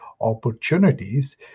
opportunities